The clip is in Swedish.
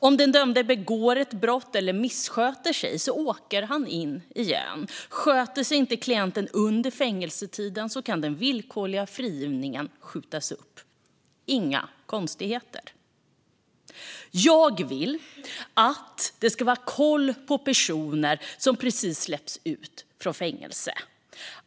Om den dömde begår ett brott eller missköter sig åker han in igen, och sköter sig klienten inte under fängelsetiden kan den villkorliga frigivningen skjutas upp. Det är inga konstigheter. Jag vill att man ska ha koll på personer som precis släppts ut från fängelset.